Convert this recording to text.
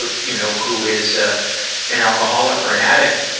ah you know, who is ah an alcoholic or an addict,